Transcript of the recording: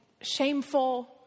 shameful